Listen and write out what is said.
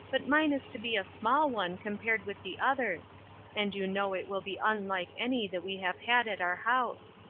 but mine is to be a small one, compared with the others and you know it will be unlike any that we have had at our house.